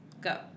Go